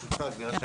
אני רוצה